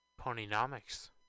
Ponynomics